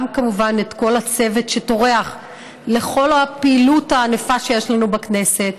וגם כמובן את כל הצוות שטורח בכל הפעילות הענפה שיש לנו בכנסת,